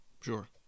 Sure